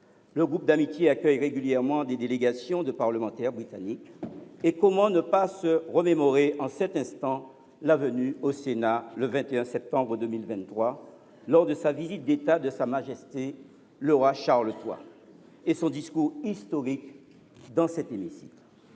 Le groupe d’amitié accueille régulièrement des délégations de parlementaires britanniques. Et comment ne pas se remémorer en cet instant la venue au Sénat, le 21 septembre 2023, lors de sa visite d’État, de Sa Majesté le roi Charles III, et son discours historique dans cet hémicycle ?